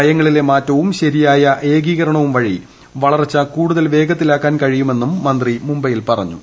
നയങ്ങളിലെ മാറ്റവും ശരിയായ ഏകീകരണവും വഴി വളർച്ച കൂടുതൽ വേഗത്തിലാക്കാൻ കഴിയുമെന്നും മന്ത്രി മുംബൈയിൽ പറഞ്ഞു